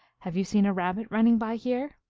have you seen a rabbit running by here?